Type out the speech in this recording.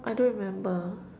I don't remember